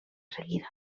seguida